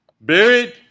Buried